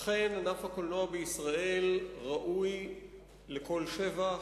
אכן, ענף הקולנוע בישראל ראוי לכל שבח.